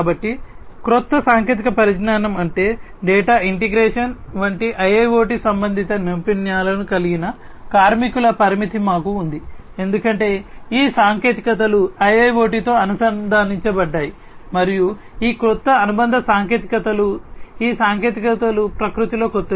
కాబట్టి క్రొత్త సాంకేతిక పరిజ్ఞానం అంటే డేటా ఇంటిగ్రేషన్ వంటి IIoT సంబంధిత నైపుణ్యాలు కలిగిన కార్మికుల పరిమితి మాకు ఉంది ఎందుకంటే ఈ సాంకేతికతలు IIoT తో అనుబంధించబడ్డాయి మరియు ఈ కొత్త అనుబంధ సాంకేతికతలు ఈ సాంకేతికతలు ప్రకృతిలో కొత్తవి